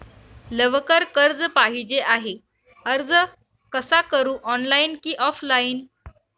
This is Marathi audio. लवकर कर्ज पाहिजे आहे अर्ज कसा करु ऑनलाइन कि ऑफलाइन?